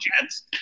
Jets